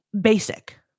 basic